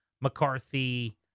McCarthy